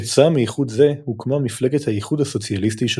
כתוצאה מאיחוד זה הוקמה מפלגת האיחוד הסוציאליסטי של